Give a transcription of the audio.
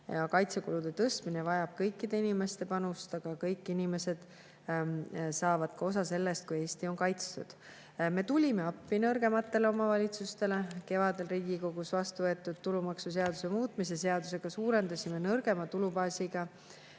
Kaitsekulude tõstmine vajab kõikide inimeste panust, aga kõik inimesed saavad ka osa sellest, kui Eesti on kaitstud. Me tulime appi nõrgematele omavalitsustele. Kevadel Riigikogus vastu võetud tulumaksuseaduse muutmise seadusega [tugevdasime] nõrgema tulubaasiga